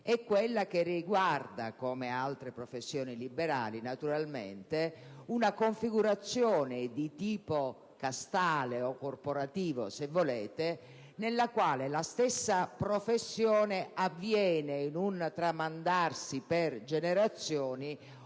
È quella che prevede - come altre professioni liberali, naturalmente - una configurazione di tipo castale o corporativo, se volete, nella quale la stessa professione viene esercitata in un tramandarsi per generazioni,